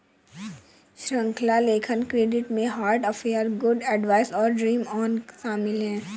श्रृंखला लेखन क्रेडिट में हार्ट अफेयर, गुड एडवाइस और ड्रीम ऑन शामिल हैं